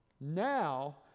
now